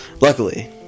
Luckily